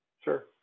sure